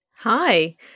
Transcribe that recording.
Hi